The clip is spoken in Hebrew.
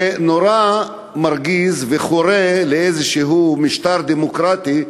זה נורא מרגיז וחורה, בכל משטר דמוקרטי,